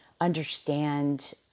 understand